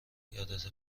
یادته